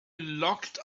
locked